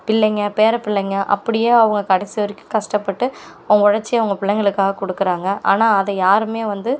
பிள்ளைங்கள் பேர பிள்ளைங்கள் அப்படியே அவங்க கடைசி வரைக்கும் கஷ்டப்பட்டு அவங்க உழைச்சி அவங்க பிள்ளைகளுக்காக கொடுக்கறாங்க ஆனால் அதை யாருமே வந்து